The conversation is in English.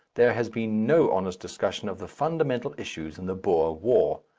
there has been no honest discussion of the fundamental issues in the boer war.